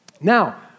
Now